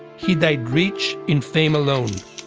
he died rich in fame alone.